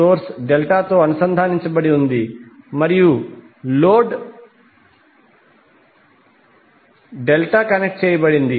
source delta తో అనుసంధానించబడి ఉంది మరియు లోడ్ డెల్టా కనెక్ట్ చేయబడింది